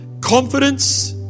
confidence